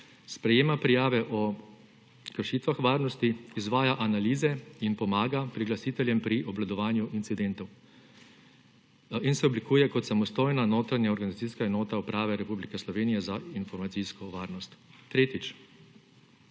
sprejema prijave o kršitvah varnosti, izvaja analize in pomaga priglasiteljem pri obvladovanju incidentov in se oblikuje kot samostojna notranja organizacijska enota Uprave Republike Slovenije za informacijsko varnost. Tretjič,